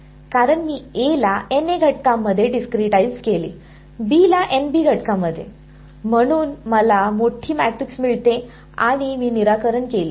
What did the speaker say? कारण मी A ला घटकांमध्ये डिस्क्रीटाईझ केले B ला घटकांमध्ये म्हणून मला मोठी मॅट्रिक्स मिळते आणि मी निराकरण केले